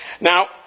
Now